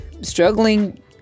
struggling